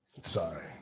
Sorry